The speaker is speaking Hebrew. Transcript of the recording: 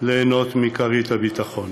ליהנות מכרית הביטחון.